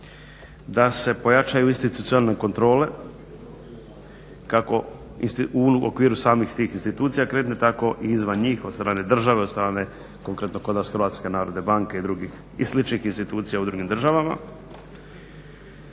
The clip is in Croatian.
da se pojačaju institucionalne kontrole kako u okviru samih tih institucija kreditnih tako i izvan njih od strane države, od strane konkretno kod nas Hrvatske narodne banke i sličnih institucija u drugim državama.